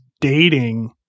dating